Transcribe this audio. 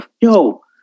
Yo